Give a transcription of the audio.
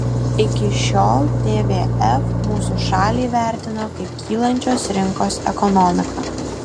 iki šiol tvf mūsų šalį vertino kaip kylančios rinkos ekonomiką